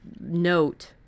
note